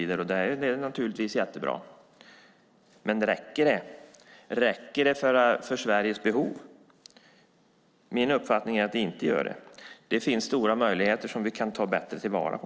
Det är naturligtvis bra. Men räcker det för Sveriges behov? Min uppfattning är att det inte gör det. Det finns stora möjligheter som vi kan ta bättre till vara på.